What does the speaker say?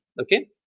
okay